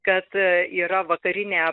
kad yra vakarinė